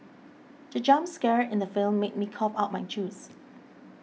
the jump scare in the film made me cough out my juice